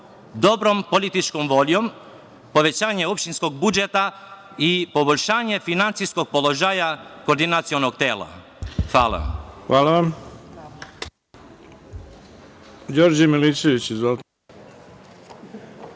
dobrom političkom voljom, povećanjem opštinskog budžeta i poboljšanjem finansijskog položaja koordinacionog tela. Hvala. **Ivica